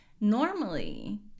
normally